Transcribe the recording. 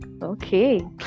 okay